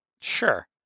Sure